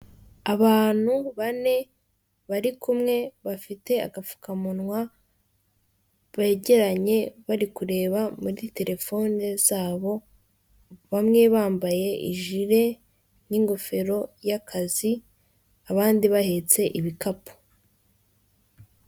Abantu bane bari kumwe, bafite agapfukamunwa, begeranye bari kureba muri telefone zabo, bamwe bambaye ijire n'ingofero y'akazi, abandi bahetse ibikapu.